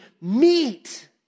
meet